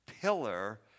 pillar